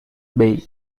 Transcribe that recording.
bay